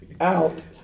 out